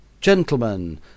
GENTLEMEN